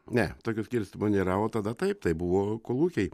ne tokio skirstymo nėra o tada taip tai buvo kolūkiai